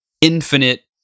infinite